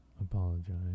apologize